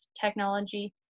technology